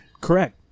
Correct